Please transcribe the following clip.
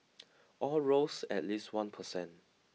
all rose at least one percent